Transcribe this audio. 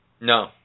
No